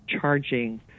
charging